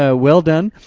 ah well done.